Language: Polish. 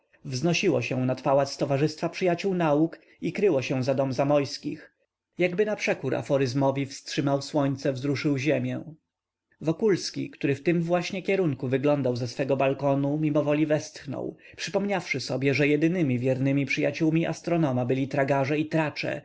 wznosiło się nad pałac towarzystwa przyjaciół nauk i kryło się za dom zamoyskich jakby naprzekór aforyzmowi wstrzymał słońce wzruszył ziemię wokulski który w tym właśnie kierunku wyglądał ze swego balkonu mimowoli westchnął przypomniawszy sobie że jedynymi wiernymi przyjaciółmi astronoma byli tragarze i tracze